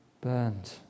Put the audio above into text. burned